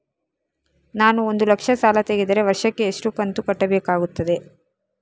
ನಾನು ಒಂದು ಲಕ್ಷ ಸಾಲ ತೆಗೆದರೆ ವರ್ಷಕ್ಕೆ ಎಷ್ಟು ಕಂತು ಕಟ್ಟಬೇಕಾಗುತ್ತದೆ?